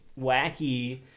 wacky